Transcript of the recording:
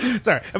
Sorry